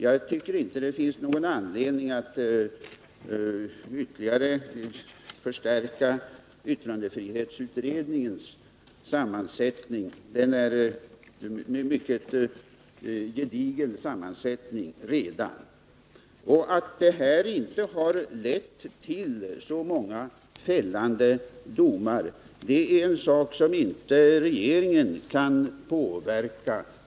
Jag tycker inte att det finns någon anledning att ytterligare förstärka yttrandefrihetsutredningens sammansättning, eftersom den redan har en mycket gedigen sammansättning. Att de anmälningar som gjorts inte har lett till så många fällande domar är en sak som inte regeringen kan påverka.